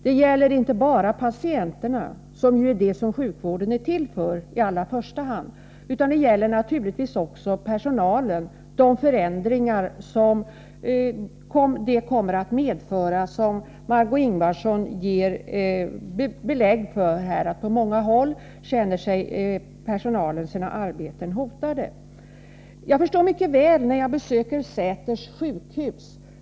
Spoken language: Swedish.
Det gäller inte bara patienterna, som ju sjukvården är till för i allra första hand, utan det gäller också personalen. Förändringarna medför —- som Margöé Ingvardsson ger belägg för här — att personalen på många håll känner sina arbeten hotade. Jag förstår detta mycket väl när jag besöker Säters sjukhus.